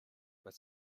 but